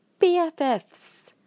BFFs